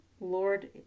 lord